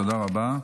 תודה רבה.